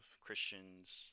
Christians